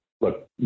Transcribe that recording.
look